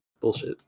bullshit